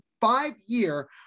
five-year